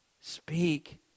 speak